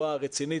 לסכם.